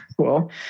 Cool